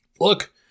Look